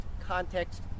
context